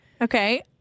Okay